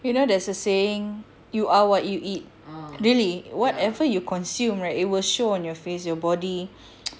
you know there's a saying you are what you eat really what you consume right it will show on your face your body